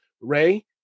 Ray